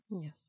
Yes